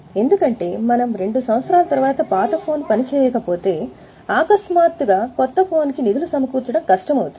ఎందుకంటే మనం 2 సంవత్సరాలు తరువాత పాత ఫోన్ పని చేయకపోతే అకస్మాత్తుగా కొత్త ఫోన్ కి నిధులు సమకూర్చడం కష్టం అవుతుంది